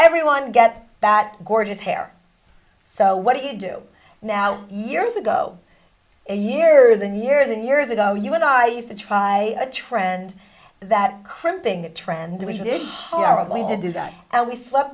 everyone get that gorgeous hair so what do you do now years ago a years and years and years ago you and i used to try a trend that crimping the trend we did a hard way to do that and we slept